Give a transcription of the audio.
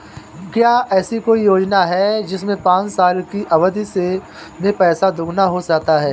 क्या ऐसी कोई योजना है जिसमें पाँच साल की अवधि में पैसा दोगुना हो जाता है?